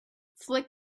flick